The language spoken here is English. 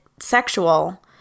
sexual